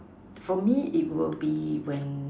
for me it will be when